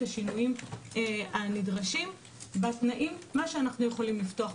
השינויים הנדרשים בתנאים מה שאנחנו יכולים לפתוח,